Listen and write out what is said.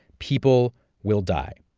people will die.